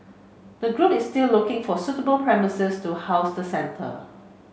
the group is still looking for suitable premises to house the centre